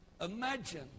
Imagine